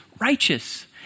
righteous